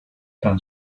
tan